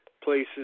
places